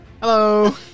Hello